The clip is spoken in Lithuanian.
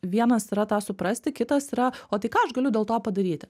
vienas yra tą suprasti kitas yra o tai ką aš galiu dėl to padaryti